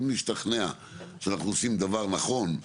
אם נשתכנע שאנחנו עושים דבר נכון,